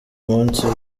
munsi